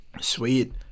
Sweet